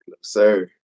Sir